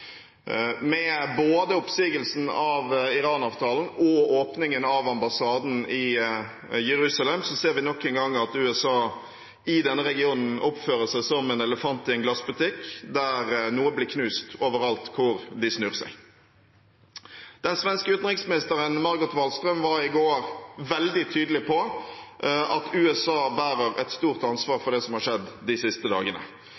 Med både oppsigelsen av Iran-avtalen og åpningen av ambassaden i Jerusalem ser vi nok en gang at USA i denne regionen oppfører seg som en elefant i en glassbutikk, der noe blir knust overalt hvor de snur seg. Den svenske utenriksministeren Margot Wallström var i går veldig tydelig på at USA bærer et stort ansvar for det som har skjedd de siste dagene,